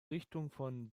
seiten